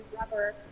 rubber